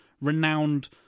renowned